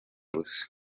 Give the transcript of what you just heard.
ubusa